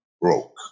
broke